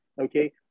okay